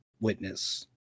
witness